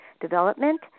development